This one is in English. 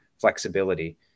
flexibility